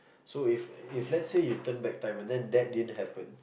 so if if lets say you turn back time and then that didn't happen